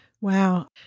Wow